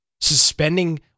suspending